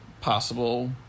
possible